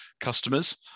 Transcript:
customers